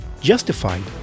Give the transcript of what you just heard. justified